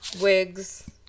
Wigs